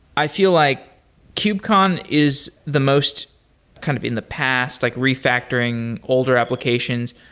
i feel like kubecon is the most kind of in the past, like re-factoring older applications.